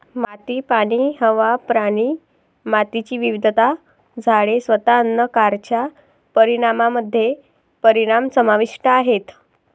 माती, पाणी, हवा, प्राणी, मातीची विविधता, झाडे, स्वतः अन्न कारच्या परिणामामध्ये परिणाम समाविष्ट आहेत